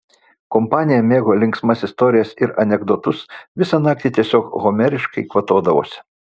kompanija mėgo linksmas istorijas ir anekdotus visą naktį tiesiog homeriškai kvatodavosi